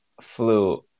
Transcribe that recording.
flu